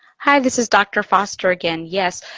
hi, this is dr. foster again. yes,